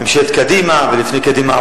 בממשלת קדימה ולפני קדימה,